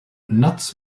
nuts